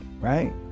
right